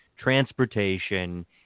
transportation